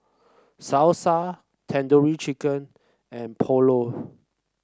Salsa Tandoori Chicken and Pulao